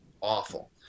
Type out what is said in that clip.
awful